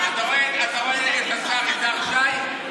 אתה רואה את השר יזהר שי?